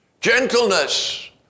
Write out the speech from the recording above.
Gentleness